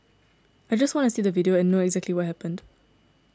I just want to see the video and know what exactly happened